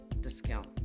discount